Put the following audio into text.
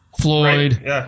Floyd